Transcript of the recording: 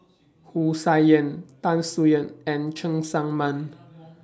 Wu Tsai Yen Tan Soo NAN and Cheng Tsang Man